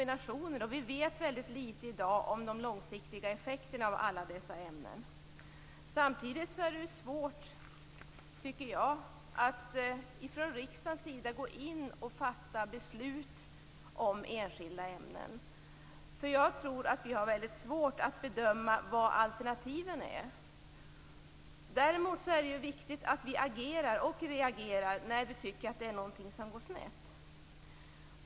Vi vet i dag väldigt litet om de långsiktiga effekterna av alla dessa ämnen. Samtidigt tycker jag att det är svårt att från riksdagens sida fatta beslut om enskilda ämnen. Jag tror nämligen att vi har svårt att bedöma vilka alternativen är. Däremot är det viktigt att vi agerar och reagerar när vi tycker att någonting går snett.